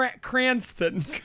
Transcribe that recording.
Cranston